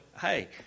hey